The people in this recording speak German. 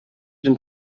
den